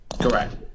correct